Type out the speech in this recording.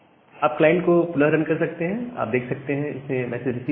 आप क्लाइंट को पुनः रन कर सकते हैं आप देख सकते हैं इसने मैसेज रिसीव किया है